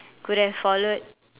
could have followed